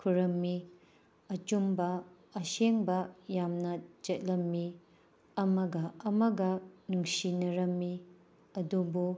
ꯈꯨꯔꯨꯝꯃꯤ ꯑꯆꯨꯝꯕ ꯑꯁꯦꯡꯕ ꯌꯥꯝꯅ ꯆꯠꯂꯝꯃꯤ ꯑꯃꯒ ꯑꯃꯒ ꯅꯨꯡꯁꯤꯅꯔꯝꯃꯤ ꯑꯗꯨꯕꯨ